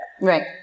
right